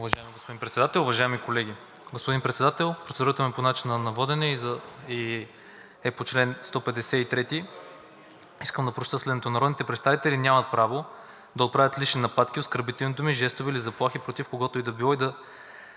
Уважаеми господин Председател, уважаеми колеги! Господин Председател, процедурата ми по начина на водене е по чл. 153 и искам да прочета следното: „Народните представители нямат право да отправят лични нападки, оскърбителни думи, жестове или заплахи против когото и да било и да